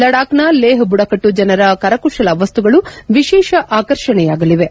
ಲಡಾಖ್ನ ಲೇಹ್ ಬುಡಕಟ್ಟು ಜನರ ಕರಕುಶಲ ವಸ್ತುಗಳು ವಿಶೇಷ ಆಕರ್ಷಣೆಯಾಗಲಿವೆ